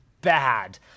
bad